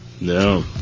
No